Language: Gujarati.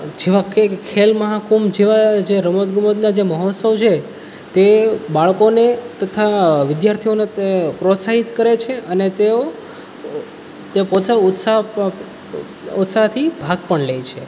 જેવા કે ખેલમહાકુંભ જેવા જે રમત ગમતના જે મહોત્ત્સવ છે તે બાળકોને તથા વિદ્યાર્થીઓને પ્રોત્સાહિત કરે છે અને તેઓ તે પોતે ઉત્સાહ ઉત્સાહથી ભાગ પણ લે છે